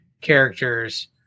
characters